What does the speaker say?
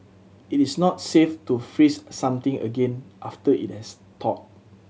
it is not safe to freeze something again after it has thawed